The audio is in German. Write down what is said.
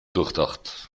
durchdacht